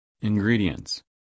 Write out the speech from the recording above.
ingredients